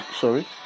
Sorry